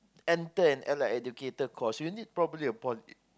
enter an allied educator course you need probably a poly